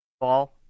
ball